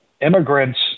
immigrants